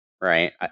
Right